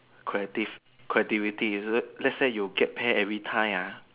creative creativity is it let's say you get pay every time ah